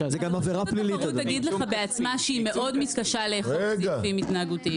רשות התרות תגיד לך בעצמה שהיא מאוד מתקשה לאכוף סעיפים התנהגותיים.